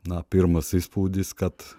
na pirmas įspūdis kad